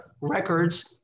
records